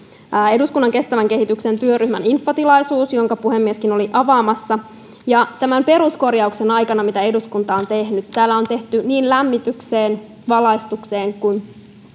eduskunnan kestävän kehityksen työryhmän infotilaisuus jonka puhemieskin oli avaamassa ja tämän peruskorjauksen aikana minkä eduskunta on tehnyt täällä on tehty niin lämmitykseen valaistukseen kuin